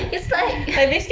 it's like